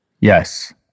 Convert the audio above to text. Yes